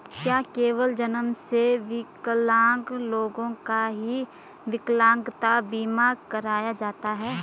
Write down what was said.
क्या केवल जन्म से विकलांग लोगों का ही विकलांगता बीमा कराया जाता है?